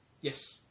Yes